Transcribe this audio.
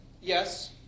yes